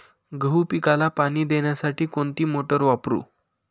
गहू पिकाला पाणी देण्यासाठी कोणती मोटार वापरू?